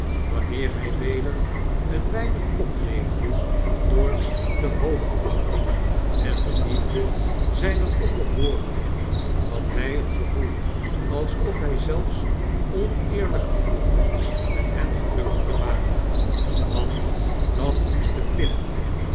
wanneer hy weder een weinig opleefde door de hoogachting en de liefde zijner onderhoorigen had htj een gevoel alsof hij zelfs oneerlyk handelde met hen gelukkig te maken want dat moest de plicht